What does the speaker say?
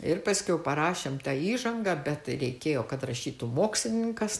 ir paskiau parašėm tą įžangą bet reikėjo kad rašytų mokslininkas